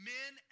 Men